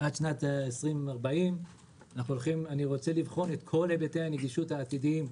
עד שנת 2040. אני רוצה לבחון את כל היבטי הנגישות העתידיים,